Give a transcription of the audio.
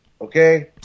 Okay